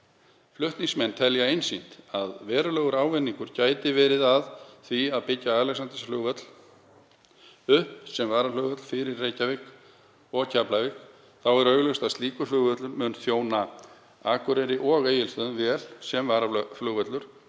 Flutningsmenn telja einsýnt að verulegur ávinningur gæti verið að því að byggja Alexandersflugvöll upp sem varaflugvöll fyrir Reykjavík og Keflavík. Þá er augljóst að slíkur flugvöllur mun þjóna Akureyri og Egilsstöðum vel sem varaflugvöllur